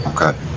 okay